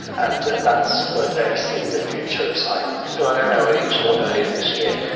and that's where they see the future of science. sue, i don't know whether you saw earlier this year,